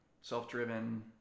Self-driven